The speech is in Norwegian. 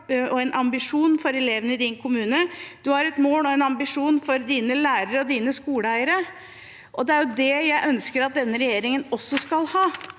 2024 bisjon for elevene i sin kommune, og et mål og en ambisjon for sine lærere og sine skoleeiere. Det er det jeg ønsker at denne regjeringen også skal ha,